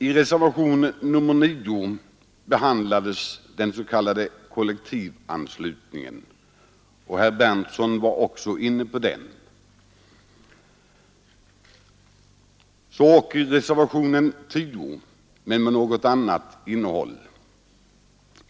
I reservation 9 behandlas den s.k. kollektivanslutningen den berörde också herr Berndtson i Linköping — så ock i reservation 10, men den har ett något annat innehåll.